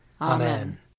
Amen